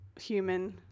human